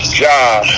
job